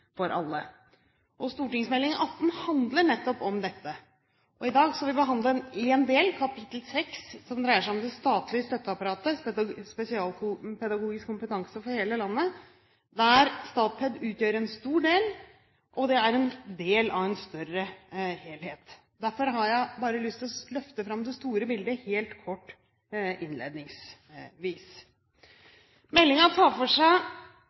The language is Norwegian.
for alle. Meld. St. 18 handler nettopp om dette. I dag skal vi behandle én del, kapittel 6, som dreier seg om det statlige støtteapparatet, om spesialpedagogisk kompetanse for hele landet, der Statped utgjør en stor del og er en del av en større helhet. Derfor har jeg lyst til å løfte fram det store bildet helt kort innledningsvis. Meldingen tar for seg